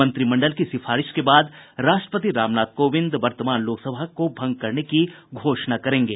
मंत्रिमंडल की सिफारिश के बाद राष्ट्रपति रामनाथ कोविंद वर्तमान लोकसभा को भंग करने की घोषणा करेंगे